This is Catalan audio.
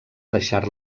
deixar